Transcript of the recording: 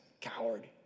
coward